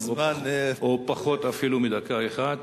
הזמן הוא אפילו פחות מדקה אחת.